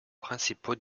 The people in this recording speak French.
principaux